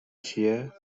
چیه